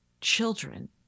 children